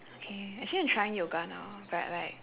K actually I'm trying yoga now but like